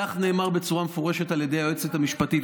כך נאמר בצורה מפורשת על ידי היועצת המשפטית,